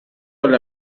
alla